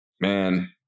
man